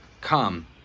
come